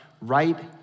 right